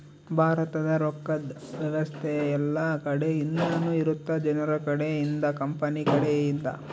ಭಾರತದ ರೊಕ್ಕದ್ ವ್ಯವಸ್ತೆ ಯೆಲ್ಲ ಕಡೆ ಇಂದನು ಇರುತ್ತ ಜನರ ಕಡೆ ಇಂದ ಕಂಪನಿ ಕಡೆ ಇಂದ